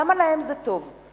למה להם זה טוב?